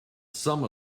some